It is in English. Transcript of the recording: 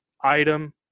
item